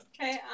Okay